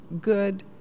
good